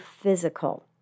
physical